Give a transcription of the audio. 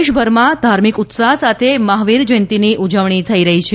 દેશભરમાં ધાર્મિક ઉત્સાહ સાથે મહાવીરજયંતિની ઉજવણી થઇ રહી છે